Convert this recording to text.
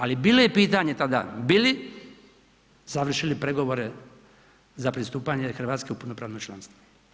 Ali bilo je pitanje tada, bi li završili pregovore za pristupanje Hrvatske u punopravno članstvo.